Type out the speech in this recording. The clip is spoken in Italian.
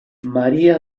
maria